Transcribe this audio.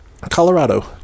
Colorado